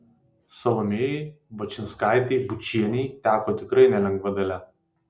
salomėjai bačinskaitei bučienei teko tikrai nelengva dalia